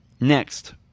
Next